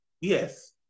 Yes